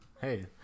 Hey